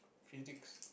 physics